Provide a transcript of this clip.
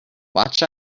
watch